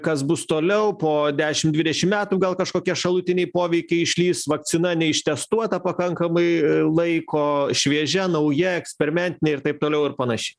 kas bus toliau po dešim dvidešim metų gal kažkokie šalutiniai poveikiai išlįs vakcina neištestuota pakankamai laiko šviežia nauja eksperimentinė ir taip toliau ir panaš